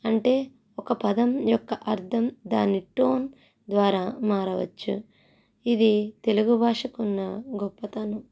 అంటే ఒక పదం యొక్క అర్ధం దాని టోన్ ద్వారా మారవచ్చు ఇది తెలుగు భాషకు ఉన్న గొప్పతనం